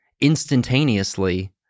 instantaneously